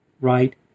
right